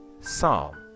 Psalm